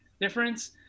difference